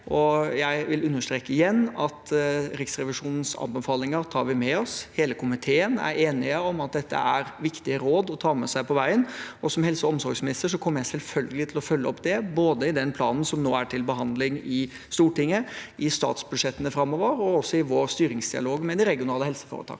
igjen understreke at vi tar med oss Riksrevisjonens anbefalinger. Hele komiteen er enige om at dette er viktige råd å ta med seg på veien. Som helse- og omsorgsminister kommer jeg selvfølgelig til å følge opp det, både i den planen som nå er til behandling i Stortinget, i statsbudsjettene framover og også i vår styringsdialog med de regionale helseforetakene.